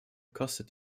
kostet